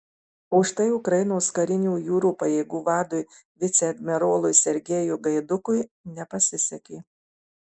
o štai ukrainos karinių jūrų pajėgų vadui viceadmirolui sergejui gaidukui nepasisekė